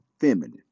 feminine